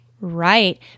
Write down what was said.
Right